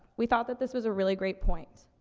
we thought that this was a really great point.